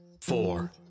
four